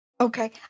Okay